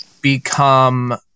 become